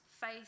faith